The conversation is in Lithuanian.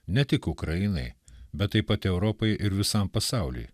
ne tik ukrainai bet taip pat europai ir visam pasauliui